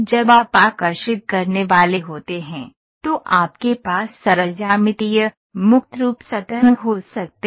जब आप आकर्षित करने वाले होते हैं तो आपके पास सरल ज्यामितीय फ्री फॉर्म सर्फेसेज हो सकते हैं